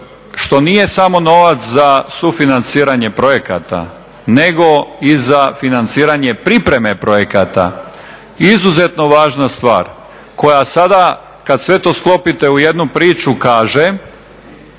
što nije samo novac za sufinanciranje projekata, nego i za financiranje pripreme projekata. Izuzetno važna stvar koja sada kada sve to sklopite u jednu priču kaže